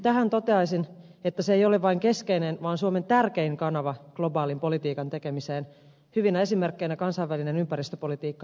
tähän toteaisin että se ei ole vain keskeinen vaan suomen tärkein kanava globaalin politiikan tekemiseen hyvinä esimerkkeinä kansainvälinen ympäristöpolitiikka ja kriisinhallinta